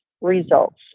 results